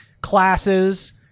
classes